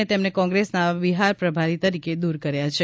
અને તેમને કોંગ્રેસના બિહાર પ્રભારી તરીકે દૂર કર્યો છે